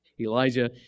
Elijah